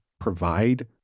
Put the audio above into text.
provide